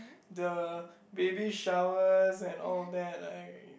the baby shower and all that I